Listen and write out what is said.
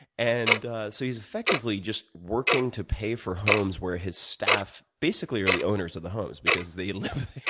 and so he's effectively just working to pay for homes where his staff basically are the owners of the homes because they live